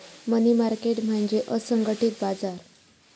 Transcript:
मनी market म्हणजे असंघटित बाजार